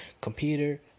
computer